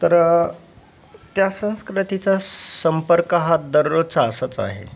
तर त्या संस्कृतीचा संपर्क हा दररोजचा असंच आहे